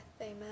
Amen